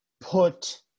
put